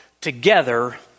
together